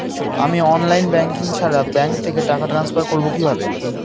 আমি online banking ছাড়া bank থেকে টাকা ট্রান্সফার করবো কিভাবে?